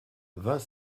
vingt